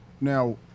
now